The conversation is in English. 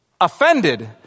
offended